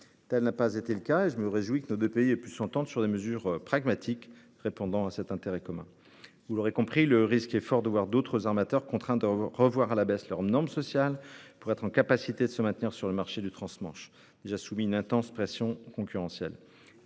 Tel n'a pas été le cas, et je me réjouis que nos deux pays aient pu s'entendre sur des mesures pragmatiques répondant à un intérêt commun. On l'aura compris, le risque est fort de voir d'autres armateurs contraints de revoir à la baisse leurs normes sociales pour être en mesure de se maintenir sur le marché du transmanche, déjà soumis à une intense pression concurrentielle.